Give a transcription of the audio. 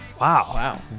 Wow